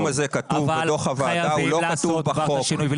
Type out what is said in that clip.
הסיכום הזה כתוב בדוח הוועדה אבל לא כתוב בחוק.